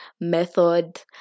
method